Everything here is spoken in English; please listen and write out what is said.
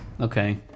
Okay